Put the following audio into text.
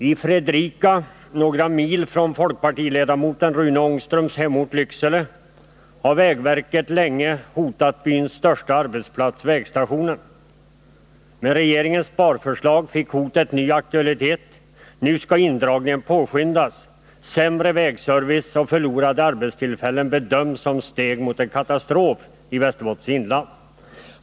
I Fredrika, några mil från folkpartiledamoten Rune Ångströms hemort Lycksele, har vägverket länge hotat med att byns största arbetsplats, vägstationen, skall dras in. Med regeringens sparförslag fick hotet ny aktualitet. Nu skall indragningen påskyndas. Sämre vägservice och förlorade arbetstillfällen bedöms som ett steg mot en katastrof i Västerbottens inland.